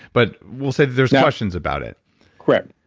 but we'll say that there's questions about it correct